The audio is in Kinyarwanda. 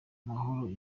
mahoro